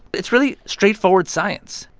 it's really straightforward science.